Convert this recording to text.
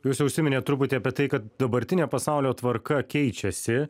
jūs jau užsiminėt truputį apie tai kad dabartinė pasaulio tvarka keičiasi